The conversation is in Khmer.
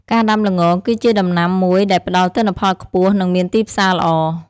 ការដាំល្ងគឺជាដំណាំមួយដែលផ្តល់ទិន្នផលខ្ពស់ និងមានទីផ្សារល្អ។